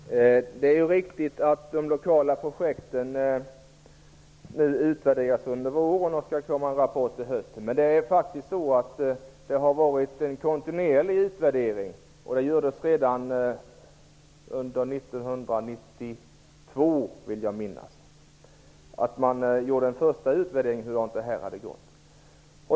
Herr talman! Det är riktigt att de lokala projekten nu utvärderas under våren och att det skall komma en rapport till hösten. Det har också skett en kontinuerlig utvärdering. Redan under 1992, vill jag minnas, gjordes en första utvärdering av hur detta hade gått.